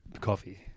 coffee